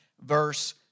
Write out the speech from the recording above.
verse